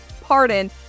pardon